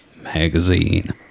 Magazine